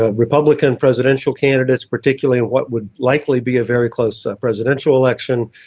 ah republican presidential candidates, particularly in what would likely be a very close presidential election,